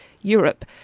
Europe